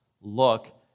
Look